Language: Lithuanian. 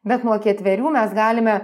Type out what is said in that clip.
bet nuo ketverių mes galime